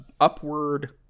upward